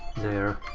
there.